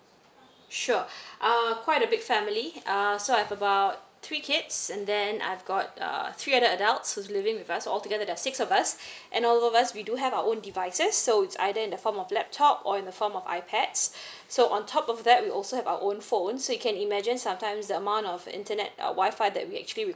sure err quite a big family err so I have about three kids and then I've got err three other adults who's living with us all together there's six of us and all of us we do have our own devices so it's either in the form of laptop or in the form of ipads so on top of that we also have our own phone so you can imagine sometimes the amount of internet uh Wi-Fi that we actually